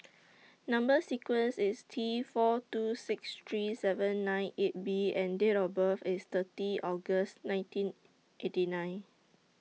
Number sequence IS T four two six three seven nine eight B and Date of birth IS thirty August nineteen eighty nine